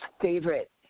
favorite